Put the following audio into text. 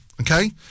okay